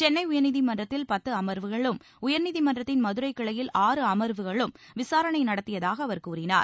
சென்னை உயர்நீதிமன்றத்தில் பத்து அண்வுகளும் உயர்நீதிமன்றத்தின் மதுரைக் கிளையில் ஆறு அமர்வுகளும் விசாரணை நடத்தியதாக அவர் கூறினார்